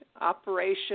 operation